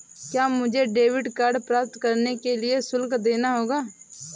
क्या मुझे debit card प्राप्त करने के लिए शुल्क देना होगा?